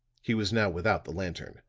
he was now without the lantern,